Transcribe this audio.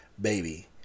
baby